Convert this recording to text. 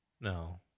No